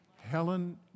Helen